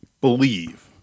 believe